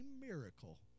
miracle